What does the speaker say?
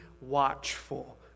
watchful